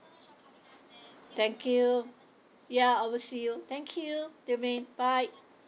thank you ya I will see you thank you jermaine bye